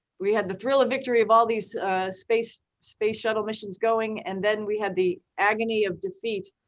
we had the thrill of victory of all these space space shuttle missions going, and then we had the agony of defeat.